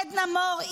עדנה מור,